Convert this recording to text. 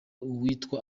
uwitwa